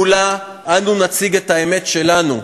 מולה אנו נציג את האמת שלנו.